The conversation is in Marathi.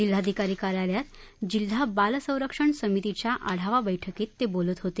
जिल्हाधिकारी कार्यालयात जिल्हा बाल सरंक्षण समितीच्या आढावा बैठकीत ते बोलत होते